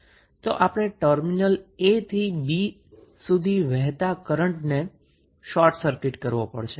તો આપણે terminal a થી b સુધી વહેતા કરન્ટને શોર્ટ સર્કિટ કરવો પડશે